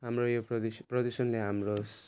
हाम्रो यो प्रदूष प्रदूषणले हाम्रो